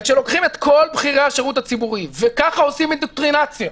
וכשלוקחים את כל בכירי השירות הציבורי ככה עושים אינדוקטרינציה,